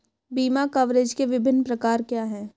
बीमा कवरेज के विभिन्न प्रकार क्या हैं?